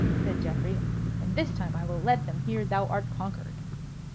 said geoffrey and this time i will let them hear thou art conquered.